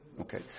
Okay